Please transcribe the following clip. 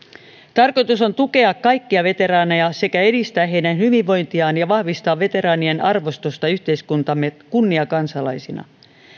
tarkoitus on tukea kaikkia veteraaneja sekä edistää heidän hyvinvointiaan ja vahvistaa veteraanien arvostusta yhteiskuntamme kunniakansalaisina